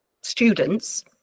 students